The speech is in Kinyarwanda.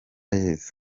yezu